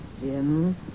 Jim